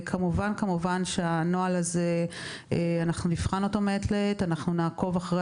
אנחנו כמובן נבחן את הנוהל הזה מעת לעת ונעקוב אחרי